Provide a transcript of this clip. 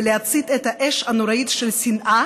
ולהצית את האש הנוראית של שנאה